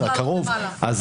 הקרוב,